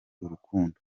urukundo